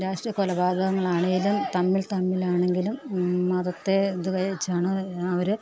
രാഷ്ട്രീയ കൊലപാതങ്ങളാണെങ്കിലും തമ്മിൽ തമ്മിൽ ആണെങ്കിലും മതത്തെ ഇത് വച്ചാണ് അവർ